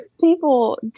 people